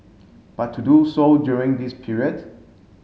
but to do so during this period